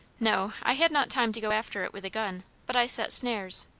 no. i had not time to go after it with a gun. but i set snares.